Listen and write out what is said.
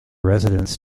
residents